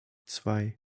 zwei